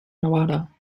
nevada